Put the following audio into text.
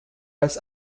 als